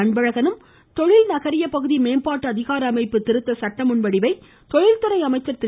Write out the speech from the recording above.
அன்பழகனும் தொழில் நகரிய பகுதி மேம்பாட்டு அதிகார அமைப்பு திருத்த சட்ட முன் வடிவை தொழில்துறை அமைச்சர் திரு